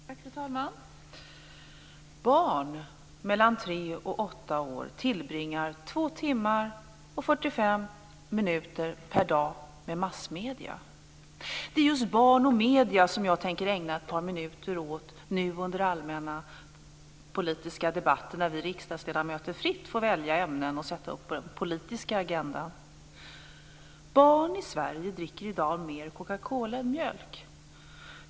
Fru talman! Barn mellan tre och åtta år tillbringar Det är just barn och medierna som jag tänker ägna ett par minuter åt under den allmänpolitiska debatten, när vi riksdagsledamöter fritt får välja ämnen att sätta upp på den politiska agendan. Barn i Sverige dricker i dag mer cocacola än mjölk.